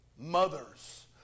Mothers